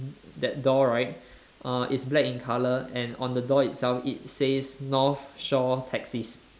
that door right uh it's black in colour and on the door itself it says north shore taxis